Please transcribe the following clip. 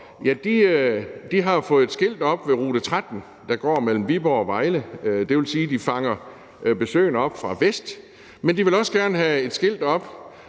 De har fået et skilt op ved rute 13, der går mellem Viborg og Vejle. Det vil sige, at de fanger besøgende op, der kommer fra vest. Men de vil også gerne have et skilt op